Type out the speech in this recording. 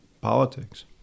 politics